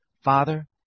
Father